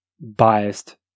biased